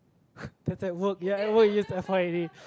that's at work ya at work I use F_Y_N_A